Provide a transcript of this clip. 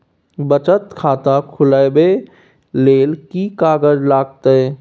बचत खाता खुलैबै ले कि की कागज लागतै?